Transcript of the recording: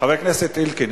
חבר הכנסת אלקין,